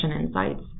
Insights